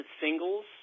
singles